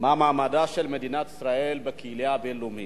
מה מעמדה של מדינת ישראל בקהילייה הבין-לאומית.